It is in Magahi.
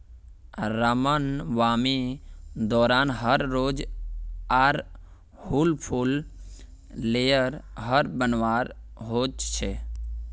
रामनवामी दौरान हर रोज़ आर हुल फूल लेयर हर बनवार होच छे